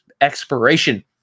expiration